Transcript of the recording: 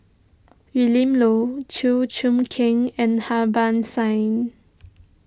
Willin Low Chew Choo Keng and Harbans Singh